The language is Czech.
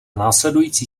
následující